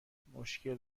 مشکل